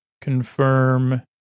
confirm